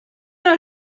not